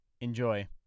Enjoy